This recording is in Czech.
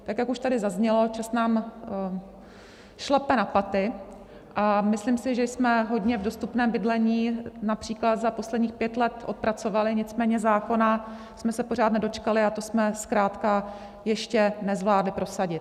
Jak už tady zaznělo, čas nám šlape na paty, a myslím si, že jsme hodně v dostupném bydlení například za posledních pět let odpracovali, nicméně zákona jsme se pořád nedočkali, to jsme zkrátka ještě nezvládli prosadit.